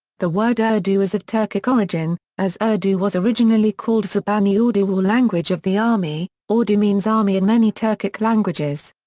the word ah urdu is of turkic origin, as urdu was originally called zaban-e-ordu or language of the army, ordu means army in many turkic languages.